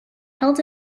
held